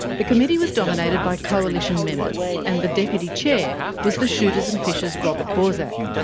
the committee was dominated by coalition members, and the deputy chair was the shooters and fishers robert borsak.